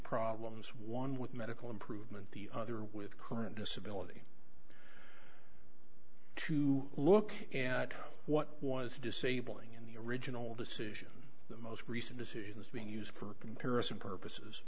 problems one with medical improvement the other with current disability to look at what was disabling in the original decision the most recent decision is being used for comparison